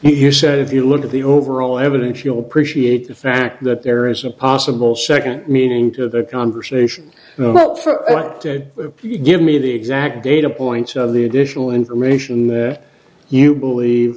he said if you look at the overall evidence you'll appreciate the fact that there is a possible second meaning to the conversation but for give me the exact data points of the additional information that you believe